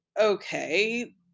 okay